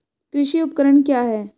कृषि उपकरण क्या है?